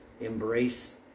embrace